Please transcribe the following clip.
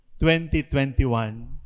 2021